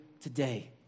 today